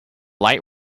light